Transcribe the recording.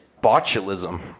botulism